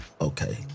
Okay